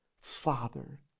Father